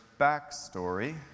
backstory